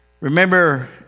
Remember